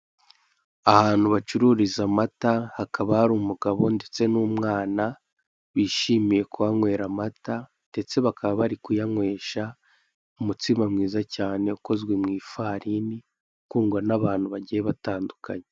Aha hantu bacururiza amata, hakaba hari umugabo ndetse n'umwana, bishimiye kuhanywera amata, ndetse bakaba bari kuyanyweshwa umutsima mwiza cyane ukozwe mu ifarini, ukundwa n'abantu bagiye batandukanye.